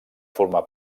formar